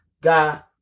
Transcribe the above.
God